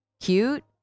cute